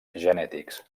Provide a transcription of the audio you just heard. genètics